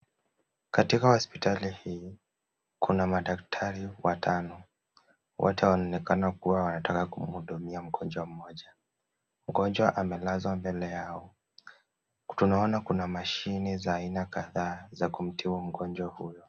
Katika hospitali hii, kuna madaktari watano. Wote wanaonekana kuwa wanataka kumhudumia mgonjwa mmoja. Mgonjwa amelazwa mbele yao. Tunaona kuna mashini za aina kadhaa za kumtibu mgonjwa huyo.